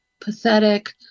pathetic